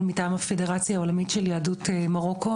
מטעם הפדרציה העולמית של יהדות מרוקו,